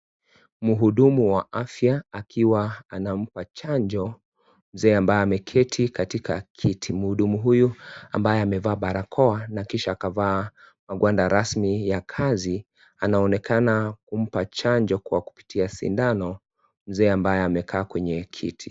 Muhudumu wa afya akiwa anamapa chanjo mzee ambaye ameketi katika kiti muhudumu huyu ambaye amevaa barakoa na kisha kavaa magwanda rasmi ya kazi anaonekana kumpa chanjo kwa kupitia sindano mzee ambaye amekaa kwenye kiti